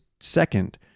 Second